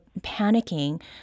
panicking